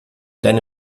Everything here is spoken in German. deine